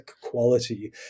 quality